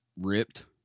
ripped